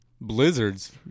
Blizzards